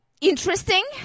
interesting